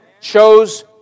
chose